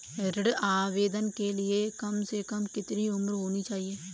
ऋण आवेदन के लिए कम से कम कितनी उम्र होनी चाहिए?